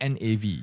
NAV